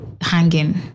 hanging